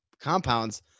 compounds